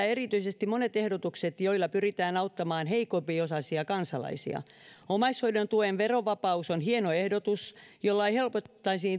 erityisesti monet ehdotukset joilla pyritään auttamaan heikompiosaisia kansalaisia omaishoidon tuen verovapaus on hieno ehdotus jolla helpotettaisiin